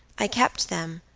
i kept them,